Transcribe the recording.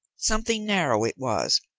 something narrow it was,